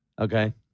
Okay